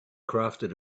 crafted